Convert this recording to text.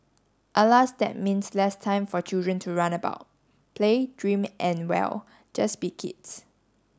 alas that means less time for children to run about play dream and well just be kids